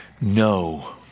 no